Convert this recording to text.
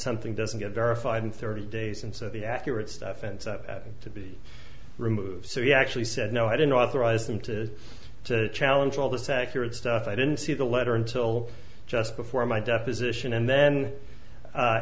something doesn't get verified in thirty days and so the accurate stuff ends up having to be removed so you actually said no i didn't authorize them to challenge all this accurate stuff i didn't see the letter until just before my deposition and then